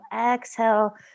exhale